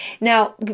Now